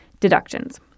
deductions